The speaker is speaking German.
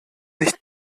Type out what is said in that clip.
nicht